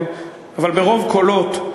וברוב קולות,